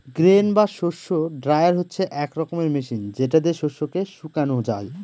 grain বা শস্য dryer হচ্ছে এক রকমের মেশিন যেটা দিয়ে শস্যকে শুকানো যায়